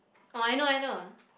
oh I know I know